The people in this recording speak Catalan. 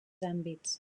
àmbits